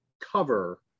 cover